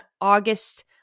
August